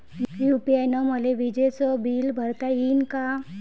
UPI न मले विजेचं बिल भरता यीन का?